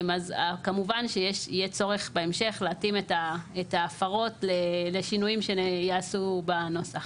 אז כמובן שיהיה צורך בהמשך להתאים את ההפרות לשינויים שייעשו בנוסח.